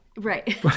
Right